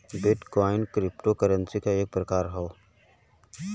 bit coin cryptocurrency क एक प्रकार हौ